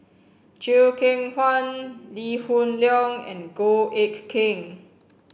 Chew Kheng Chuan Lee Hoon Leong and Goh Eck Kheng